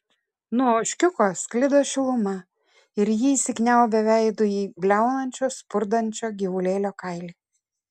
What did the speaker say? nuo ožkiuko sklido šiluma ir ji įsikniaubė veidu į bliaunančio spurdančio gyvulėlio kailį